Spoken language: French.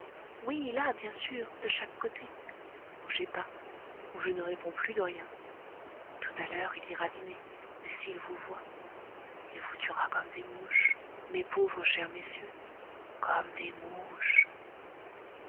oui là bien sûr de chaque côté bougez pas ou je ne réponds plus de rien tout à l'heure il ira dîner mais s'il vous voit il vous tuera comme des mouches mes pauvres chers messieurs comme des mouches